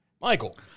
Michael